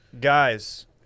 Guys